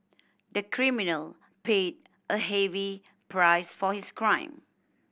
the criminal paid a heavy price for his crime